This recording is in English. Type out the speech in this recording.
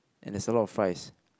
and there's a lot of fries